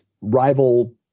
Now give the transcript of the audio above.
rival